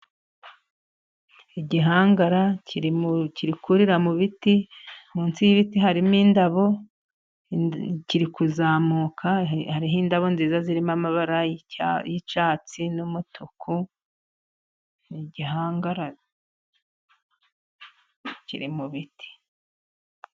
Igihangara kiri kurira mu biti. Munsi y'ibiti harimo indabo kirikuzamuka, hariho indabo nziza zirimo amabara y'icyatsi n'umutuku igihangara kiri mu biti.